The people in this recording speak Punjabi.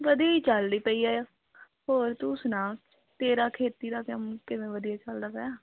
ਵਧੀ ਚੱਲਦੀ ਪਈ ਆ ਹੋਰ ਤੂੰ ਸੁਣਾ ਤੇਰਾ ਖੇਤੀ ਦਾ ਕੰਮ ਕਿਵੇਂ ਵਧੀਆ ਚੱਲਦਾ ਪਿਆ